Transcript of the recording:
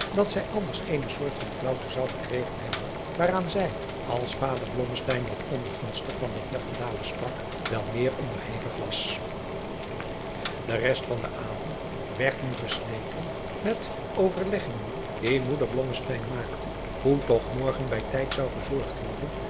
dat zij anders eene soort van flaauwte zou gekregen hebben waaraan zij als vader blommesteyn wat ongunstig van den heer van dalen sprak wel meer onderhevig was adriaan loosjes pzn het leven van johannes wouter blommesteyn de rest van den avond werd nu gesleten met overleggingen die moeder blommesteyn maakte hoe toch morgen bij tijds zou gezorgd worden